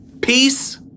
peace